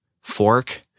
fork